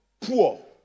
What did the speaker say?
poor